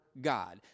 God